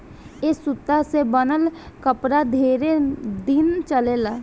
ए सूता से बनल कपड़ा ढेरे दिन चलेला